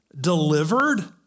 delivered